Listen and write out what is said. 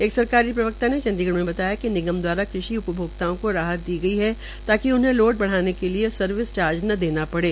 एक सरकारी प्रवक्ता ने चंडीगढ़ में बताया कि निगम दवारा कृषि उपभोक्ताओं को राहत दी गई ताकि उन्हें लोड बढ़ाने के लिए सर्विस चार्ज न देना पड़े